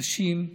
אנשים,